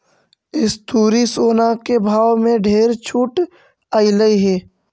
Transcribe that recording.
इस तुरी सोना के भाव में ढेर छूट अएलई हे